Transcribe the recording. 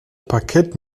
parkett